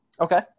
Okay